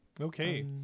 Okay